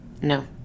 No